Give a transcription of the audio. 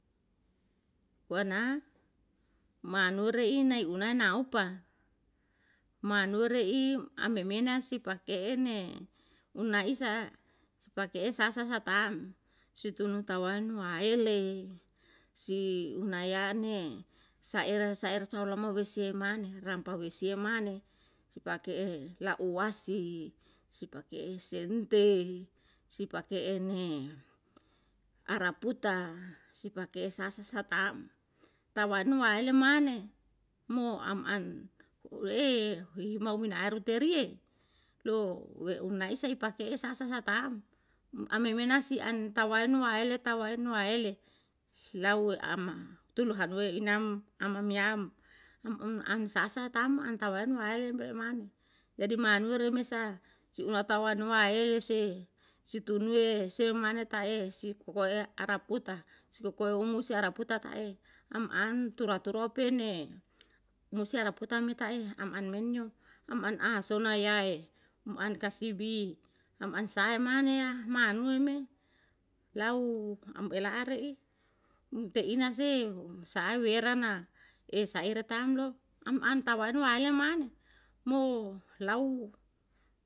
Wana, manure inei naopa, manuwe re'i amemena si pake'e ne una isa si pake'e sasa satam, si tunu tawaen waele, si unayane, saera saer solomo sesiye mane, rampa wesiye mane, ipake'e lauwasi, si pake'e sente, si pake'en ne araputa, si pake'e sasa sa tam. Tawaen no waele mane, mo am an uwe'e huhimau iana aru teriye, lo we'unaisa ipake'e sasa satam, um amemena si an tawaen waele, tawaen waele lau ama tulu hanuwe inam ama miyam, am um an sasa tam an tawaen waele me bole mane, jadi manuwe remesa, si una tawaen waele se, si tunuwe se mane ta'e, si kokoe araputa, sikokoe omusi araputa tae am antura turape ne musi araputa me tai am an men yo, am an asona yae, am an kasibi, am an asae mane ya, manuwe me lau am ela are'i, um te'ina sehu, sa'a wera na e saire tam lo, am an tawaen waele mane mo lau